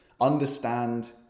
understand